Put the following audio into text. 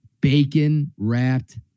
bacon-wrapped